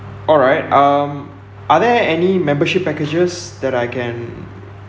alright um are there any membership packages that I can